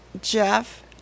Jeff